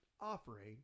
offering